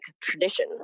tradition